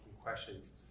questions